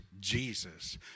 Jesus